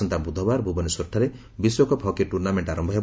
ଆସନ୍ତା ବୁଧବାର ଭୁବନେଶ୍ୱରଠାରେ ବିଶ୍ୱ କପ୍ ହକି ଟୁର୍ଷାମେଣ୍ଟ ଆରମ୍ଭ ହେବ